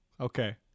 Okay